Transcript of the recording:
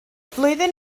flwyddyn